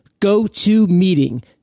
GoToMeeting